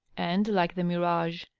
and, like the mirage,